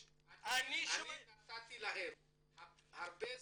סם קדוש, אני נתתי לארגוני העולים הרבה זמן.